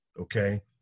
Okay